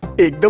it?